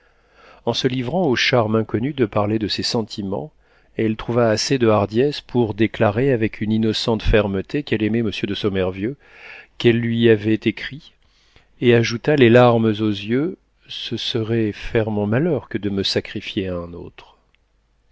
en se livrant au charme inconnu de parler de ses sentiments elle trouva assez de hardiesse pour déclarer avec une innocente fermeté qu'elle aimait monsieur de sommervieux qu'elle le lui avait écrit et ajouta les larmes aux yeux ce serait faire mon malheur que de me sacrifier à un autre